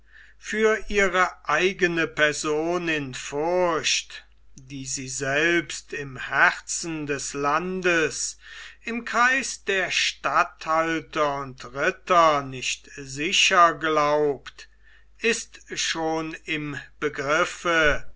für ihre eigene person in furcht die sie selbst im herzen des landes im kreis der statthalter und ritter nicht sicher glaubt ist schon im begriffe